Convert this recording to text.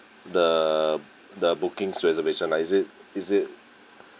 the the booking reservation ah is it is it